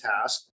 task